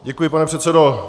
Děkuji, pane předsedo.